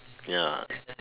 ya